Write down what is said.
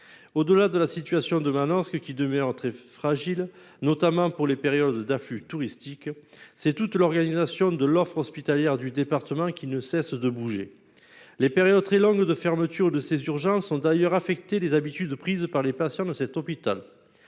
Au-delà de la situation de Manosque, qui demeure très fragile, notamment pendant les périodes d'afflux touristique, c'est toute l'organisation de l'offre hospitalière du département qui ne cesse d'évoluer. Les périodes très longues de fermeture des urgences de son hôpital ont d'ailleurs affecté les habitudes prises par les patients de celui-ci.